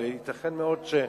אבל ייתכן מאוד,